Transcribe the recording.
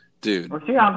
Dude